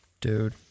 Dude